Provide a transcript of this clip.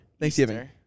Thanksgiving